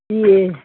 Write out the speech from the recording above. ए